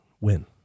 win